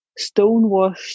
stonewashed